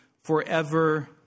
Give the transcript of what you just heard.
forever